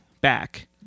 back